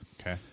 Okay